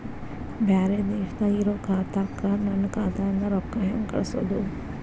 ಬ್ಯಾರೆ ದೇಶದಾಗ ಇರೋ ಖಾತಾಕ್ಕ ನನ್ನ ಖಾತಾದಿಂದ ರೊಕ್ಕ ಹೆಂಗ್ ಕಳಸೋದು?